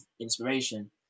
inspiration